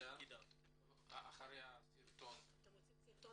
אחרי שנצפה בסרטון